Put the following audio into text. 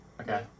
Okay